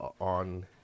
on